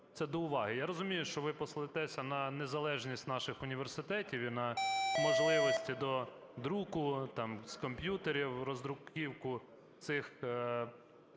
Це до уваги. Я розумію, що пошлетеся на незалежність наших університетів і на можливості до друку, там, з комп'ютерів роздруківку цих